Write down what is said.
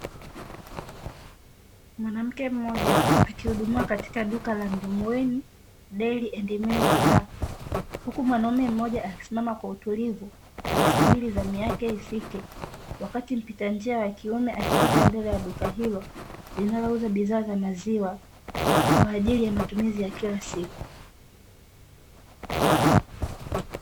Mwanamke mmoja akihudumiwa katika la NDUMUENI DAIRY AND MILK BAR huku mwanaume mmoja akisimama kwa utulivu akisubiri zamu yake ifike wakati mpitanjia wakiume akipita katika duka hilo linalouza bidhaa za maziwa kwa ajili ya matumizi ya kila siku.